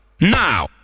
Now